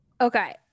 Okay